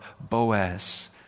Boaz